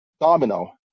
domino